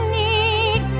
need